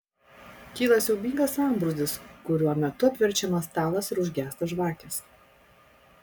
kyla siaubingas sambrūzdis kurio metu apverčiamas stalas ir užgęsta žvakės